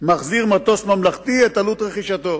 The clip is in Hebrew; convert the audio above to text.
מטוס ממלכתי מחזיר את עלות רכישתו.